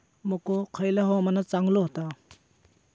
मको खयल्या हवामानात चांगलो होता?